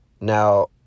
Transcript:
Now